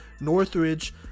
Northridge